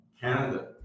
canada